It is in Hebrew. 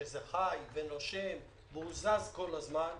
שזה חי ונושם והוא זז כל הזמן,